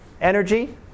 energy